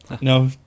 No